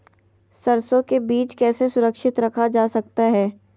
सरसो के बीज कैसे सुरक्षित रखा जा सकता है?